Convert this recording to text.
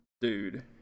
dude